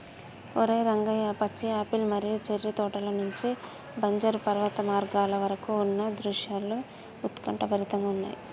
ఓరై రంగయ్య పచ్చి యాపిల్ మరియు చేర్రి తోటల నుండి బంజరు పర్వత మార్గాల వరకు ఉన్న దృశ్యాలు ఉత్కంఠభరితంగా ఉన్నయి